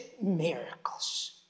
miracles